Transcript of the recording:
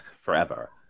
forever